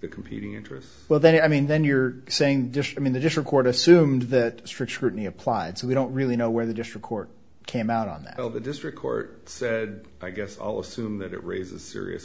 the competing interests well then i mean then you're saying just mean the just record assumed that strict scrutiny applied so we don't really know where the district court came out on that of a district court said i guess i'll assume that it raises serious